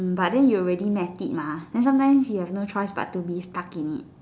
but then you already met it mah then sometimes you have no choice but to be stuck in it